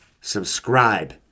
Subscribe